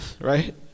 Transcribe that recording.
right